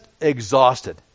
exhausted